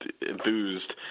enthused